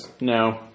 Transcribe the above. No